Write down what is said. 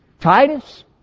Titus